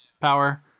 Power